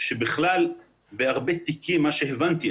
שבכלל בהרבה תיקים מה שהבנתי,